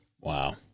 Wow